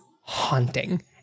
haunting